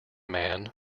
man